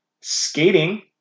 Skating